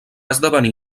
esdevenir